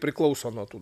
priklauso nuo tų